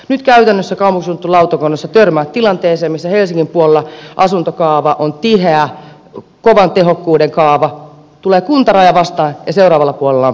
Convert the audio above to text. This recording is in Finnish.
nyt käytännössä kaupunkisuunnittelulautakunnassa törmää tilanteeseen missä helsingin puolella asuntokaava on tiheä kovan tehokkuuden kaava ja kun tulee kuntaraja vastaan seuraavalla puolella on peltoa